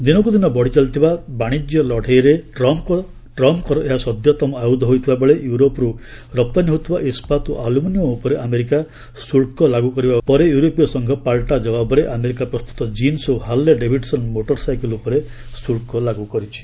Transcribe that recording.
ଦିନକୁ ଦିନ ବଢ଼ି ଚାଲିଥିବା ବାଣିକ୍ୟ ଲଢ଼େଇରେ ଟ୍ରମ୍ଫ୍ଙ୍କର ଏହା ସଦ୍ୟତମ ଆୟୁଧ ହୋଇଥିବାବେଳେ ୟୁରୋପରୁ ରପ୍ତାନୀ ହେଉଥିବା ଇସ୍କାତ୍ ଓ ଆଲୁମିନିୟମ୍ ଉପରେ ଆମେରିକା ଶୁଳ୍କ ଲାଗୁ କରିବା ପରେ ୟୁରେପାୀୟ ସଂଘ ପାଲଟା ଜବାବ୍ରେ ଆମେରିକା ପ୍ରସ୍ତୁତ ଜିନ୍ବ ଏବଂ ହାର୍ଲେ ଡେଭିଡସନ୍ ମୋଟର ସାଇକେଲ୍ ଉପରେ ଶୁଳ୍କ ଲାଗୁ କରିଛି